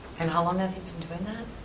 and how long have you been doing that?